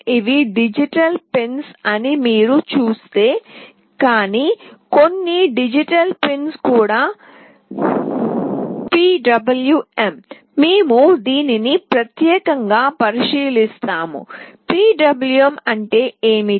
ఇవి digital pins అని మీరు చూస్తే కానీ కొన్ని డిజిటల్ పిన్స్ కూడా పిడబ్ల్యుఎం మేము దీనిని ప్రత్యేకంగా పరిశీలిస్తాము పిడబ్ల్యుఎం అంటే ఏమిటి